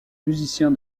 musicien